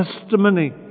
testimony